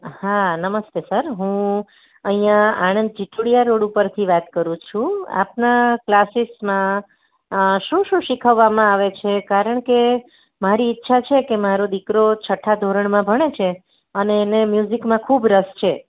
હા નમસ્તે સર હુ અહીંયા આણંદ જીટોડિયા રોડ ઉપરથી વાત કરું છું આપના ક્લાસીસમાં શું શું શીખવવામાં આવે છે કારણ કે મારી ઈચ્છા છે કે મારો દીકરો છઠ્ઠા ધોરણમાં ભણે છે અને એને મ્યુઝિકમાં ખૂબ રસ છે